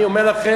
אני אומר לכם,